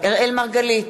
אראל מרגלית,